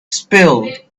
spilled